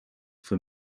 for